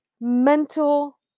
mental